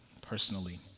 personally